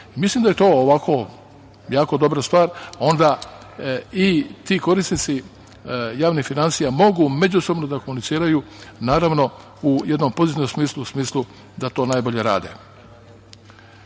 da je to jako dobra stvar. Ti korisnici javnih finansija mogu međusobno da komuniciraju naravno u jednom pozitivnom smislu, u smislu da to najbolje rade. Treća